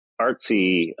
artsy